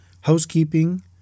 housekeeping